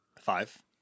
Five